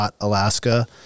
Alaska